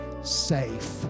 safe